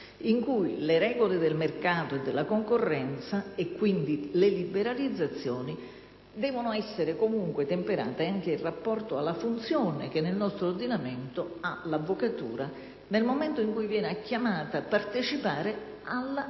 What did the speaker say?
in cui le regole del mercato e della concorrenza, quindi le liberalizzazioni, devono essere comunque temperate anche in rapporto alla funzione che nel nostro ordinamento ha l'avvocatura, nel momento in cui viene chiamata a partecipare alla vita